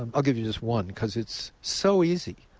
um i'll give you just one because it's so easy.